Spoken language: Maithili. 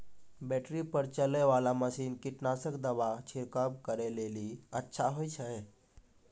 बैटरी पर चलै वाला मसीन कीटनासक दवा छिड़काव करै लेली अच्छा होय छै?